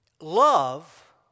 Love